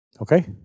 Okay